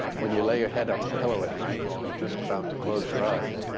when you lay ahead on a pillow at night, you're just about to close your eyes,